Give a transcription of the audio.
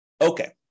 Okay